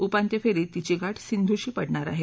उपांत्यफेरीत तिची गाठ सिध्रंशी पडणार आहे